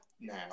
now